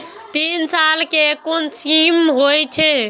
तीन साल कै कुन स्कीम होय छै?